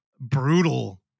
Brutal